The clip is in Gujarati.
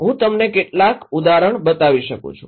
હું તમને કેટલાક ઉદાહરણ બતાવી શકું છું